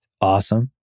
Awesome